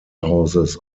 houses